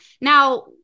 Now